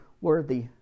worthy